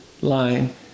line